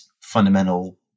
fundamental